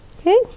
Okay